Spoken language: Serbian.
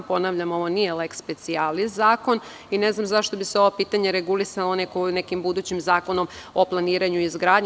Ponavljam, ovo nije lex specialis zakon i ne znam zašto bi se ovo pitanje regulisalo nekim budućim zakonom o planiranju i izgradnji.